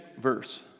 verse